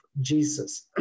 Jesus